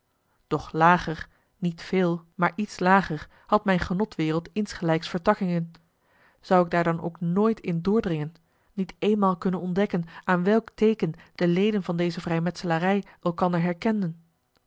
doch lager niet veel maar iets lager had mijn genotwereld insgelijks vertakkingen zou ik daar dan ook nooit in doordringen niet eenmaal kunnen ontdekken aan welk teeken de leden van deze vrijmetselarij elkander herkenden